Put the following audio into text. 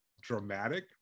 dramatic